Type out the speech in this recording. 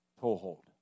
toehold